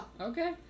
Okay